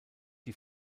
die